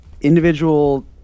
individual